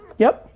yep.